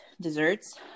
desserts